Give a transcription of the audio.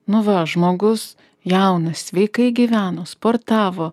nu va žmogus jaunas sveikai gyveno sportavo